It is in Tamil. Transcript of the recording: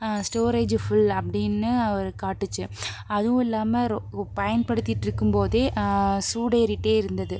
ஸ்டோரேஜ் ஃபுல் அப்படின்னு காட்டுச்சி அதுவும் இல்லாமல் ரொ பயன்படுத்திட்டு இருக்கும் போதே சூடேறிகிட்டே இருந்தது